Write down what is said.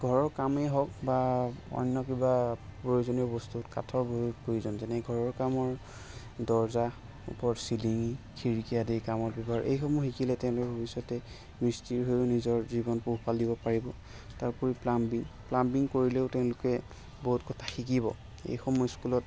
ঘৰৰ কামেই হওক বা অন্য কিবা প্ৰয়োজনীয় বস্তুত কাঠৰ বহুত প্ৰয়োজন যেনে ঘৰৰ কামৰ দৰ্জা ওপৰৰ চিলিঙি খিৰিকি আদি কামত ব্যৱহাৰ হয় এইসমূহ শিকিলে তেওঁলোক ভৱিষ্যতে মিস্ত্ৰী হৈয়ো নিজৰ জীৱন পোহপাল দিব পাৰিব তাৰ উপৰিও প্লাম্বিং প্লাম্বিং কৰিলেও তেওঁলোকে বহুত কথা শিকিব এইসমূহ স্কুলত